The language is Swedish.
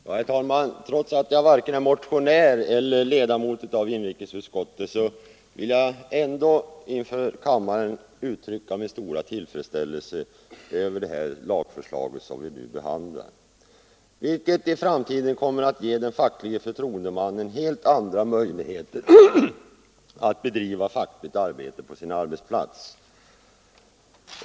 Herr talman! Trots att jag varken är motionär eller ledamot av inrikesutskottet vill jag inför kammaren uttrycka min stora tillfredsställelse över det lagförslag som vi nu behandlar. I framtiden kommer det att ge de fackliga förtroendemännen helt andra möjligheter att bedriva fackligt arbete på sin arbetsplats.